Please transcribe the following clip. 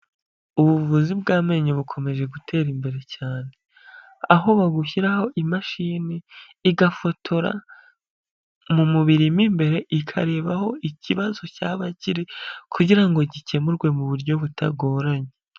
Ubuvuzi bw'amenyo bukomeje gutera imbere cyane. Aho bagushyiraho imashini igafotora mu mubiri mo imbere, ikareba aho ikibazo cyaba kiri kugira ngo gikemurwe mu buryo butagoranye.